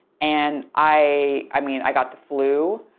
and, i mean, i got the flu.